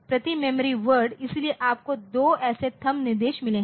प्रति memory word इसलिए आपको दो ऐसे थंब निर्देश मिले हैं